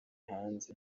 hanze